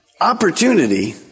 opportunity